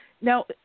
Now